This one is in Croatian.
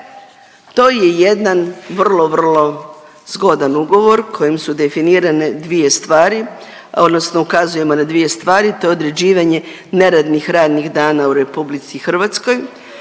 to je jedan vrlo, vrlo zgodan ugovor kojim su definirane dvije stvari odnosno ukazujemo na dvije stvari. To je određivanje neradnih radnih dana u RH i tu